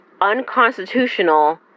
unconstitutional